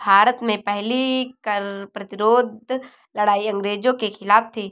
भारत में पहली कर प्रतिरोध लड़ाई अंग्रेजों के खिलाफ थी